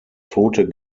tote